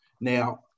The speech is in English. Now